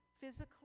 physically